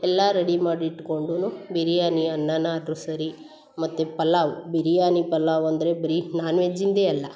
ಎಲ್ಲ ರೆಡಿ ಮಾಡಿ ಇಟ್ಕೊಂಡು ಬಿರಿಯಾನಿ ಅನ್ನವಾದರೂ ಸರಿ ಮತ್ತು ಪಲಾವ್ ಬಿರಿಯಾನಿ ಪಲಾವ್ ಅಂದರೆ ಬರೀ ನಾನು ವೆಜ್ಜಿಂದೇ ಅಲ್ಲ